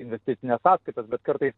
investicines sąskaitas bet kartais